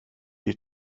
ich